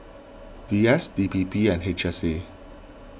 V S D P P and H S A